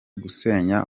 gusenya